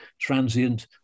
transient